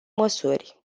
măsuri